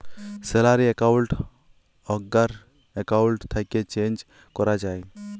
salary account আগ্কার account থ্যাকে change ক্যরা যায়